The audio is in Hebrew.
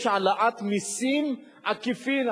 יש העלאת מסים עקיפים.